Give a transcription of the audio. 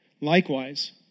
Likewise